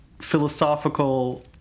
philosophical